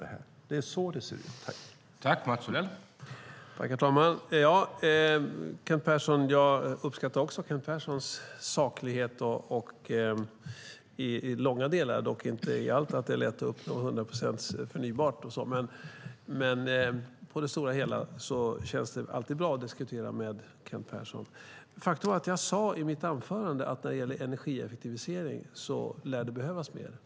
Det är så det ser ut.